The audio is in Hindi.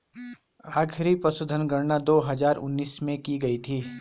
आखिरी पशुधन गणना दो हजार उन्नीस में की गयी थी